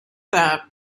that